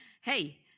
Hey